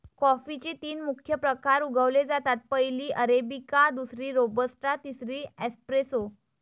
कॉफीचे तीन मुख्य प्रकार उगवले जातात, पहिली अरेबिका, दुसरी रोबस्टा, तिसरी एस्प्रेसो